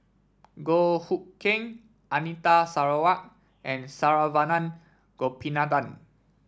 Goh Hood Keng Anita Sarawak and Saravanan Gopinathan